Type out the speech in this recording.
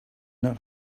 not